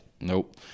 nope